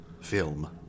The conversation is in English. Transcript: film